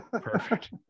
perfect